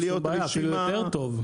אין שום בעיה, זה אפילו יותר טוב.